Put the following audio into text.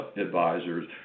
advisors